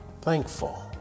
thankful